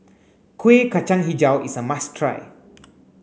Kuih Kacang Hijau is a must try